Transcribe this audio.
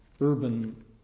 urban